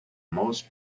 most